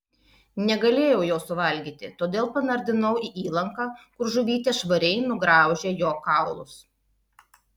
negalėjau jo suvalgyti todėl panardinau į įlanką kur žuvytės švariai nugraužė jo kaulus